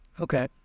Okay